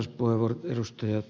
arvoisa puhemies